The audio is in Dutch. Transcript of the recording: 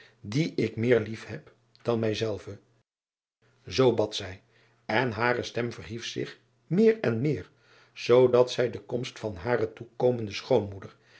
dien ik meer lief heb dan mij zelve oo driaan oosjes zn et leven van aurits ijnslager bad zij en hare stem verhief zich meer en meer zoo dat zij de komst van hare toekomende schoonmoeder